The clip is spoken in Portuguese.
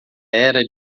era